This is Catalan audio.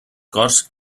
corts